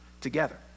together